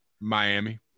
Miami